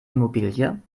immobilie